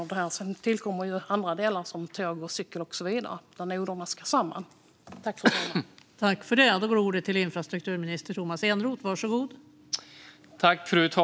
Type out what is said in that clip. Sedan tillkommer ju andra delar, som tåg och cykel och så vidare, när noderna ska kopplas samman.